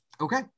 Okay